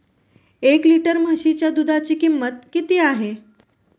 एक लिटर म्हशीच्या दुधाची किंमत किती आहे?